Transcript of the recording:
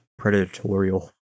predatorial